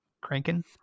cranking